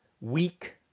weak